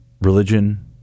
religion